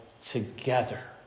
together